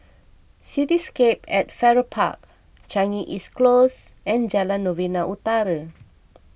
Cityscape at Farrer Park Changi East Close and Jalan Novena Utara